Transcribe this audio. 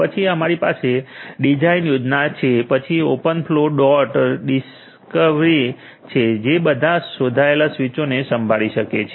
પછી અમારી પાસે ડિઝાઇન યોજના છે પછી ઓપન ફલૉ ડોટ ડિસકવેરી છે જે બધા શોધાયેલ સ્વીચોને સાંભળી શકે છે